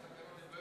על-פי